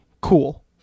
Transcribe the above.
cool